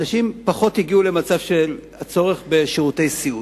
אנשים פחות הגיעו למצב של צורך בשירותי סיעוד.